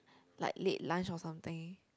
like late lunch or something